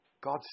God